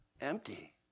Empty